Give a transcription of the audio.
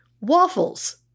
Waffles